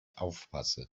aufpasse